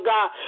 God